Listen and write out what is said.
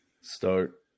Start